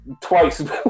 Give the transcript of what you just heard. twice